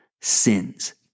sins